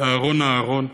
ואהרון אהרון,